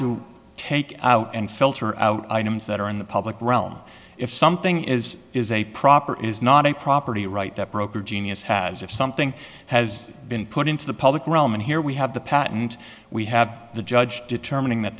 to take and filter out items that are in the public realm if something is is a proper is not a property right that broker genius has if something has been put into the public realm and here we have the patent we have the judge determining that